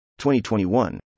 2021